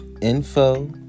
Info